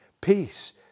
peace